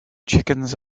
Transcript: chickens